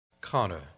Connor